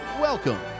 welcome